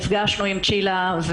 נפגשנו עם צ'ילה,